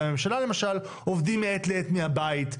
הממשלה למשל עובדים מעת לעת מהבית,